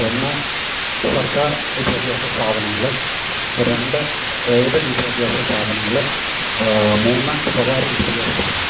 ഒന്ന് സർക്കാർ വിദ്യാഭ്യാസ സ്ഥാപനങ്ങൾ രണ്ട് ഏയ്ഡഡ് വിദ്യാഭ്യാസ സ്ഥാപനങ്ങൾ മൂന്ന് സ്വകാര്യ വിദ്യാഭ്യാസ സ്ഥാപനങ്ങൾ